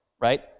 right